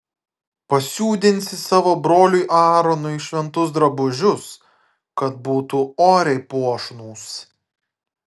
pasiūdinsi savo broliui aaronui šventus drabužius kad būtų oriai puošnūs